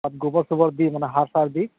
তাত গোবৰ চোবৰ দি মানে সাৰ চাৰ দি